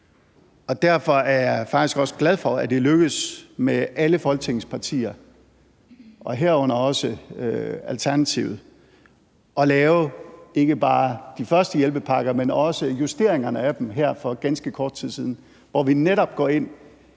også glad for, at det er lykkedes med alle Folketingets partier og herunder også Alternativet at lave ikke bare de første hjælpepakker, men også justeringerne af dem her for ganske kort tid siden, hvor vi netop går ind